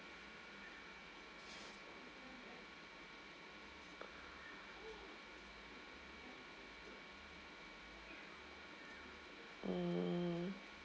mm